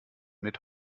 mit